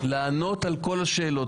לענות על כל השאלות.